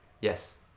Yes